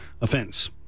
Offense